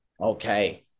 okay